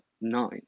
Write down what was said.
nine